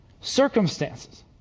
circumstances